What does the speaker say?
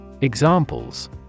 Examples